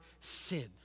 sin